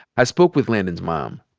i spoke with landon's mom.